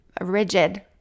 rigid